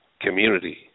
community